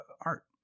art